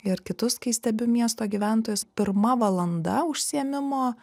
ir kitus kai stebiu miesto gyventojus pirma valanda užsiėmimo